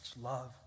love